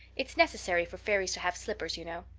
it's necessary for fairies to have slippers, you know.